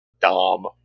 Dom